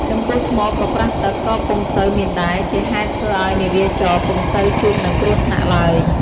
ចំពោះថ្មប៉ប្រះទឹកក៏ពុំសូវមានដែរ ជាហេតុធ្វើឱ្យនាវាចរណ៍ពុំសូវជួបនឹងគ្រោះថ្នាក់ឡើយ។